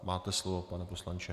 Máte slovo, pane poslanče.